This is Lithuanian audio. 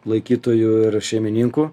laikytojų ir šeimininkų